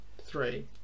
Three